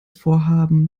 vorhaben